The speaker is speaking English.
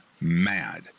mad